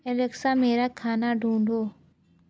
Alexa मेरा खाना ढूँढ़ो